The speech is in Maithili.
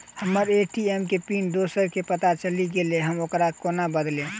हम्मर ए.टी.एम पिन दोसर केँ पत्ता चलि गेलै, हम ओकरा कोना बदलबै?